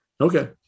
Okay